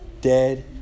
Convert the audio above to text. Dead